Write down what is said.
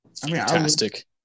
fantastic